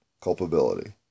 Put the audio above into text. culpability